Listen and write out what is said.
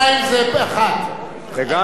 וגם לנציגי המערכות,